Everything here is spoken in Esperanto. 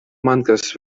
mankas